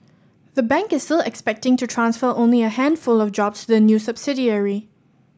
the bank is still expecting to transfer only a handful of jobs to the new subsidiary